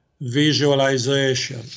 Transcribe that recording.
visualization